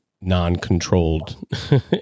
non-controlled